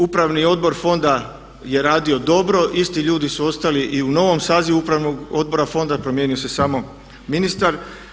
Upravni odbor fonda je radio dobro, isti ljudi su ostali i u novom sazivu Upravnog odbora fonda, promijenio se samo ministar.